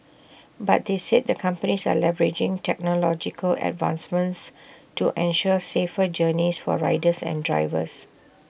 but they said the companies are leveraging technological advancements to ensure safer journeys for riders and drivers